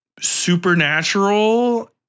supernatural